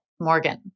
Morgan